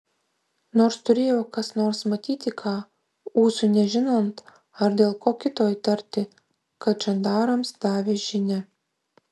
nors turėjo kas nors matyti ką ūsui nežinant ar dėl ko kito įtarti kad žandarams davė žinią